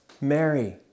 Mary